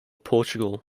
portugal